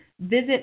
Visit